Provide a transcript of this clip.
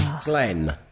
Glenn